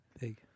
big